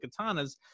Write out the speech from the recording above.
katanas